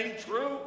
true